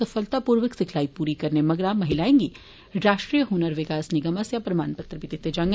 सफलतापूर्वक सिखलाई पूरी करने मगरा महिलाएं गी राष्ट्रीय हुनर विकास निगम आस्सेआ प्रमाणपत्र बी दित्ता जाग